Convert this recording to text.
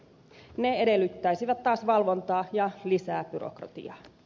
se edellyttäisi taas valvontaa ja lisää byrokratiaa